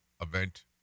event